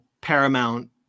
Paramount